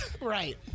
Right